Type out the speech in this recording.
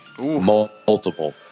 Multiple